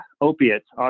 opiates